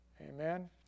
amen